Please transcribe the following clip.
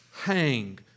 hang